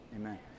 amen